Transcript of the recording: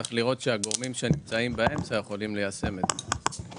צריך לראות שהגורמים שנמצאים באמצע יכולים ליישם את זה.